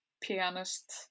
pianist